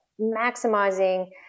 maximizing